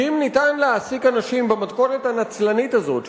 כי אם אפשר להעסיק אנשים במתכונת הנצלנית הזאת,